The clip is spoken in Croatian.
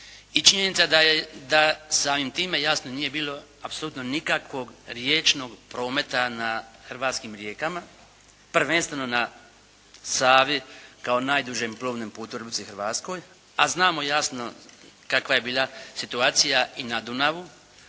činjenica je da samim time jasno nije bilo apsolutno nikakvog riječnog prometa na hrvatskim rijekama, prvenstveno na Savi kao najdužem plovnom putu u Republici Hrvatskoj a znamo jasno kakva je bila situacija i na Dunavu